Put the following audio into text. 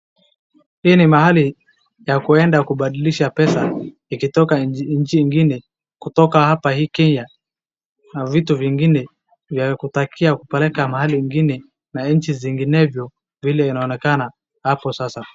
Hii ni mahali ya kwenda kubadilisha pesa ikitoka nchi ingine, kutoka hapa Kenya na vitu vingine, vya kutakia kupeleka mahali ingine na nchi zinginevyo vile inaonekana hapo sasa.